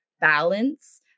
balance